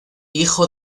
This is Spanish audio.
hijo